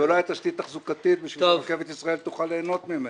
ולא הייתה תשתית תחזוקתית בשביל שרכבת ישראל תוכל ליהנות ממנו.